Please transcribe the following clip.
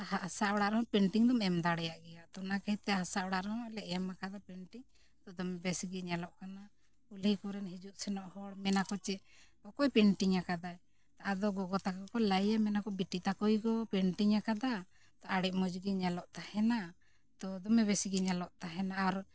ᱦᱟᱥᱟ ᱚᱲᱟᱜ ᱨᱮᱦᱚᱸ ᱯᱮᱱᱴᱤᱝ ᱫᱚᱢ ᱮᱢ ᱫᱟᱲᱮᱭᱟᱜ ᱜᱮᱭᱟ ᱛᱚ ᱚᱱᱟ ᱠᱷᱟᱹᱛᱤᱨ ᱛᱮ ᱦᱟᱥᱟ ᱚᱲᱟᱜ ᱨᱮᱦᱚᱸ ᱞᱮ ᱮᱢ ᱟᱠᱟᱫᱟ ᱯᱮᱱᱴᱤᱝ ᱛᱚ ᱫᱚᱢᱮ ᱵᱮᱥ ᱜᱮ ᱧᱮᱞᱚᱜ ᱠᱟᱱᱟ ᱠᱩᱞᱦᱤ ᱠᱚᱨᱮᱱ ᱦᱤᱡᱩᱜ ᱥᱮᱱᱚᱜ ᱦᱚᱲ ᱢᱮᱱ ᱟᱠᱚ ᱡᱮ ᱚᱠᱚᱭ ᱯᱮᱱᱴᱤᱝ ᱟᱠᱟᱫᱟᱭ ᱟᱫᱚ ᱜᱚᱜᱚ ᱛᱟᱠᱚ ᱠᱚ ᱞᱟᱹᱭᱟ ᱢᱮᱱᱟᱠᱚ ᱵᱤᱴᱤ ᱛᱟᱠᱚ ᱜᱮᱠᱚ ᱯᱮᱱᱴᱤᱝ ᱟᱠᱟᱫᱟ ᱛᱚ ᱟᱹᱰᱤ ᱢᱚᱡᱽ ᱜᱮ ᱧᱮᱞᱚᱜ ᱛᱟᱦᱮᱱᱟ ᱛᱚ ᱫᱚᱢᱮ ᱵᱮᱥᱜᱮ ᱧᱮᱞᱚᱜ ᱛᱟᱦᱮᱱᱟ ᱟᱨ